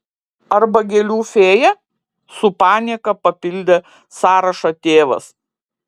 arba gėlių fėja su panieka papildė sąrašą tėvas